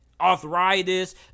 arthritis